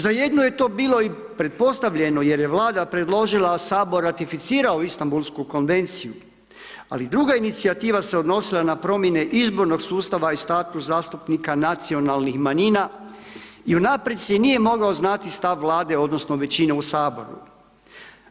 Za jednu je to bilo i pretpostavljeno jer je Vlada predložila, a HS ratificirao Istambulsku konvenciju, ali druga inicijativa se odnosila na promjene izbornog sustava i status zastupnika nacionalnih manjina i unaprijed se nije mogao znati stav Vlade odnosno većine u HS-u.